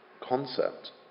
concept